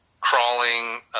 crawling